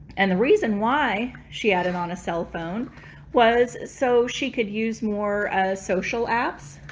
and the reason why she added on a cell phone was so she could use more social apps,